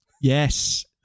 Yes